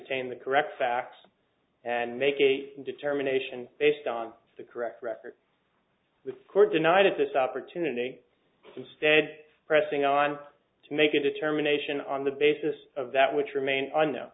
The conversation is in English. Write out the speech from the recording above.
ain the correct facts and make a determination based on the correct record with the court denied at this opportunity stead pressing on to make a determination on the basis of that which remains unknow